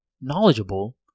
Knowledgeable